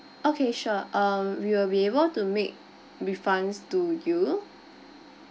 okay sure um we will be able to make refunds to you